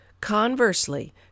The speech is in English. Conversely